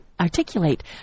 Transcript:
articulate